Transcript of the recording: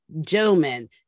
gentlemen